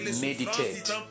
meditate